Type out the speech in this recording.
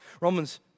Romans